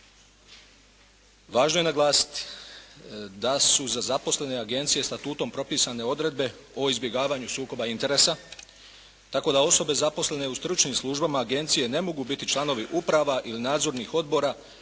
Važno je naglasiti da su za zaposlene Agencije statutom propisane odredbe o izbjegavanju sukoba interesa tako da osobe zaposlene u stručnim službama agencije ne mogu biti članovi uprava ili nadzornih odbora